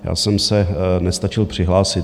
Já jsem se nestačil přihlásit.